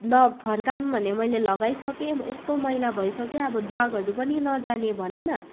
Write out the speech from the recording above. न फर्काम् भने मैले लगाइ सके एस्तो मैला भइसक्यो आबो दागहरू पनि नजाने भनन